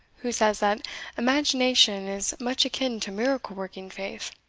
who says that imagination is much akin to miracle-working faith.